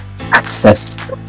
access